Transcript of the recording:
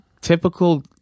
typical